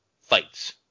fights